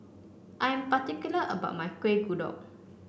I am particular about my Kueh Kodok